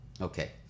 okay